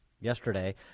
yesterday